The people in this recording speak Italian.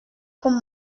con